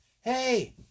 hey